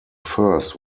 first